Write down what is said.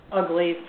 ugly